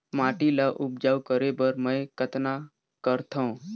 माटी ल उपजाऊ करे बर मै कतना करथव?